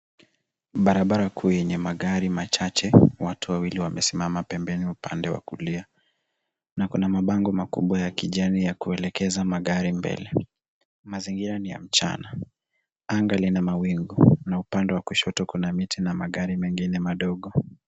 Barabara kuu yenye magari machache watu wawili wamesimama pembeni upande wa kulia na kuna mabango makubwa ya kijani ya kuelekeza magari mbele. Mazingira ni ya mchana anga ni la mawingu na upande wa kushoto kuna miti na magari mengine madogo.